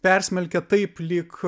persmelkia taip lyg